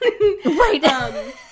Right